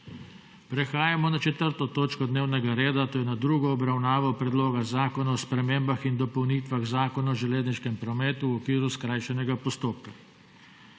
prekinjeno **4. točko dnevnega reda, to je na drugo obravnavo Predloga zakona o spremembah in dopolnitvah Zakona o železniškem prometu v okviru skrajšanega postopka.**